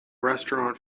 restaurant